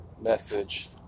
message